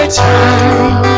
time